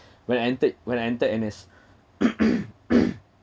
when I entered when I entered N_S